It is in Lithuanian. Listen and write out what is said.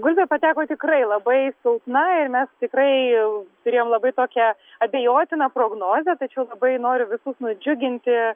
gulbė pateko tikrai labai silpna ir mes tikrai turėjom labai tokią abejotiną prognozę tačiau labai noriu visus nudžiuginti